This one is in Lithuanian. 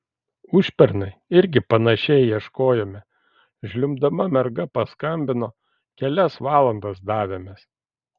užpernai irgi panašiai ieškojome žliumbdama merga paskambino kelias valandas davėmės